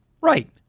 Right